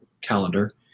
calendar